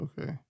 okay